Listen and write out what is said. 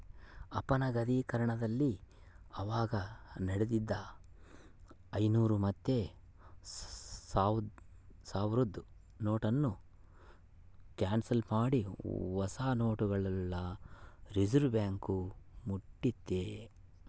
ಅಪನಗದೀಕರಣದಲ್ಲಿ ಅವಾಗ ನಡೀತಿದ್ದ ಐನೂರು ಮತ್ತೆ ಸಾವ್ರುದ್ ನೋಟುನ್ನ ಕ್ಯಾನ್ಸಲ್ ಮಾಡಿ ಹೊಸ ನೋಟುಗುಳ್ನ ರಿಸರ್ವ್ಬ್ಯಾಂಕ್ ಬುಟ್ಟಿತಿ